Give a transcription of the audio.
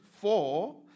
four